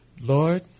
Lord